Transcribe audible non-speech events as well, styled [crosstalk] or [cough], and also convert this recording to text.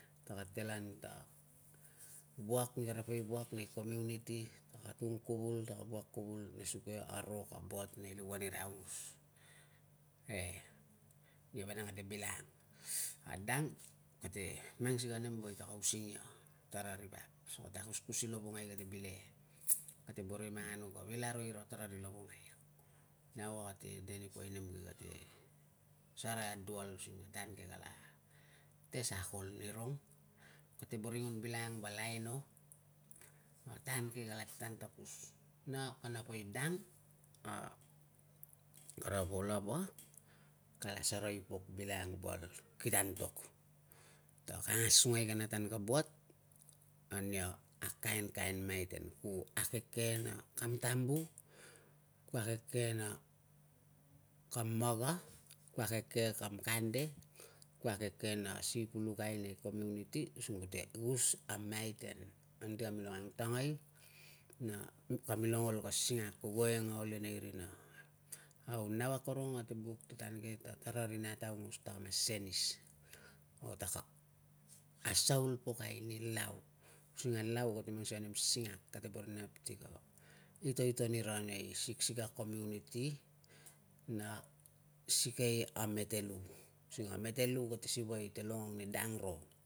Taka telan ta wuak ni kara poi wuak nei community. Taka tung kuvul, tak wuak kuvul, nesuge a ro ka buat nei liuan ira aungos. E nia vanang kate bilang. [noise] A dang kate mang sikei a nem woe taka using ia, tara ri vap. So akuskus i lovongai kate bileke. [noise] Kate boro i mang anu ka vil aro ira, tara ri lovongai. Nau ate de ni poi nem ke kate sarai adual using ti tan ke, kalate sakol ni rong. Kate boro i nguan bilangang val aino, a tan ke kalate tan tapus na kana poi dang a kara volava kala sarai pok bilang val kita antok aino ta ka angasungai i kana tan ka buat ania, a kainkain maiten. Ku akeke na kam tambu, ku akeke na kam maga, ku akeke na kam kande, ku akeke na si pulukai nei community, using kute gus a maiten anti kamilong angtangai na kamilong ol ka singak, goeng na ol inei rina. Au nau akorong ate buk ti tan ke ta tara ri nat aungos taka mas senis o taka asaul pokai ni lau, using a lau kate mang sikei a nem singak. Kate boro inap ti ka itoiton ira nei siksikei a community na sikei a mete lu, using a mete lu kate siwa i longong ani dang ro.